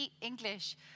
English